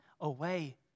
away